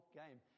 game